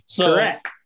Correct